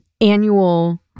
annual